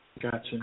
Gotcha